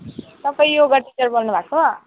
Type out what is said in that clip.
तपाईँ yoga teacher बोल्नु भएको